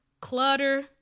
clutter